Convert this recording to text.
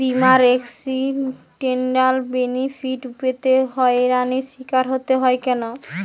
বিমার accidental benefit পেতে হয়রানির স্বীকার হতে হয় কেন?